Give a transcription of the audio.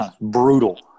Brutal